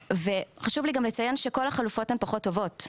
וחשוב לי גם לציין שכל החלופות הן פחות טובות,